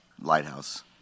lighthouse